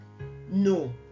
No